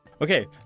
Okay